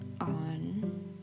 on